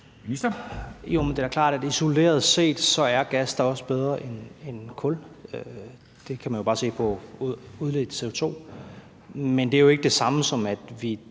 (Dan Jørgensen): Det er klart, at isoleret set er gas da også bedre end kul. Det kan man jo bare se på udledt CO2. Men det er jo ikke det samme, som at vi